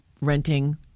renting